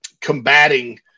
combating